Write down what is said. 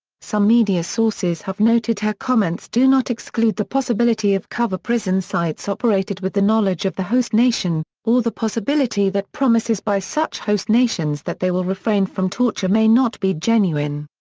some media sources have noted her comments do not exclude the possibility of covert prison sites operated with the knowledge of the host nation, or the possibility that promises by such host nations that they will refrain from torture may not be genuine.